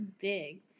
big